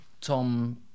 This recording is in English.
Tom